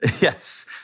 Yes